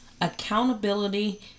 Accountability